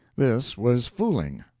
this was fooling,